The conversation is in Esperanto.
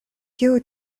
kiu